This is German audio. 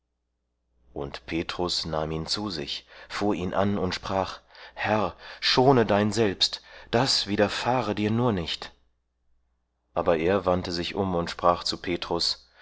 und petrus nahm ihn zu sich fuhr ihn an und sprach herr schone dein selbst das widerfahre dir nur nicht aber er wandte sich um und sprach zu petrus